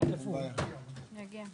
דיון